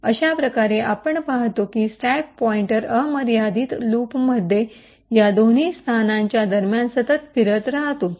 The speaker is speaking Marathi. तर अशाप्रकारे आपण पाहतो की स्टॅक पॉइंटर अमर्यादित लूप मध्ये या दोन्ही स्थानांच्या दरम्यान सतत फिरत राहतो